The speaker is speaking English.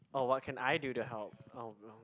oh what can I do to help um